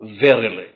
verily